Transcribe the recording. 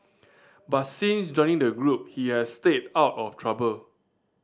but since joining the group he has stayed out of trouble